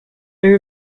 are